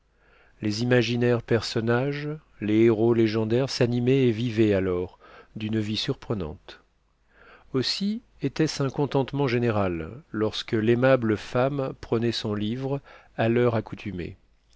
les imaginaires personnages les héros légendaires s'animaient et vivaient alors d'une vie surprenante aussi était-ce un contentement général lorsque l'aimable femme prenait son livre à l'heure accoutumée